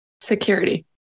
Security